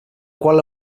qual